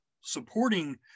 supporting